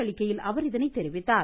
அளிக்கையில் அவர் இதனை தெரிவித்தார்